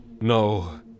No